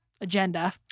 agenda